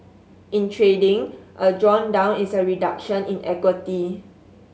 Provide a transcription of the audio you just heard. in trading a drawdown is a reduction in equity